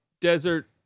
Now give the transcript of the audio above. desert